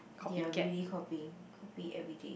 they are really copying copy everyday